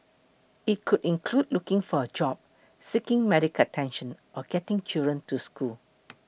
it could include looking for a job seeking medical attention or getting children to school